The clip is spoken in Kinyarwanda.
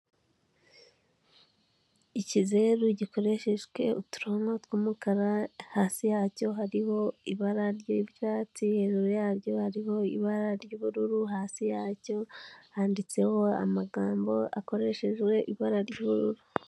Ikizeru gikoreshejwe uturonko tw'umukara, hasi yacyo hariho ibara ry'ibyatsi, hejuru yaryo hariho ibara ry'ubururu, hasi yacyo handitseho amagambo akoreshejwe ibara ry'ubururu.